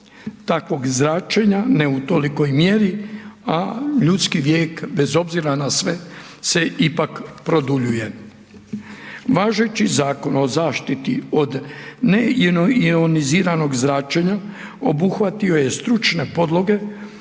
takvog zračenja, ne u tolikoj mjeri a ljudski vijek bez obzira na sve se ipak produljuje. Važeći Zakon o zaštiti od neioniziranog zračenja obuhvatio je stručne podloge